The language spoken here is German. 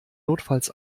notfalls